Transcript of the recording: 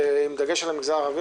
עם דגש על המגזר הערבי,